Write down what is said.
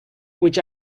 which